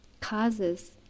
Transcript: causes